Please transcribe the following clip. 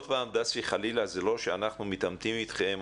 עוד פעם, דסי, חלילה, זה לא שאנחנו מתעמתים אתכם.